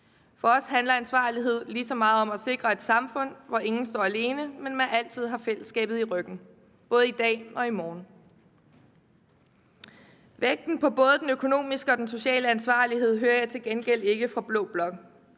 For os handler ansvarlighed ligeså så meget om at sikre et samfund, hvor ingen står alene, men hvor man altid har fællesskabet i ryggen både i dag og i morgen. Vægten på både den økonomiske og den sociale ansvarlighed hører jeg til gengæld ikke om fra blå bloks